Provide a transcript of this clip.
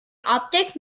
optic